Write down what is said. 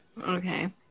Okay